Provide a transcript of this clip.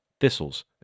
thistles